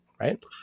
right